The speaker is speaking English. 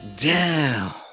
down